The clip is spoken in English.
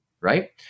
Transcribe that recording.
right